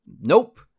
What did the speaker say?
nope